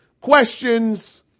questions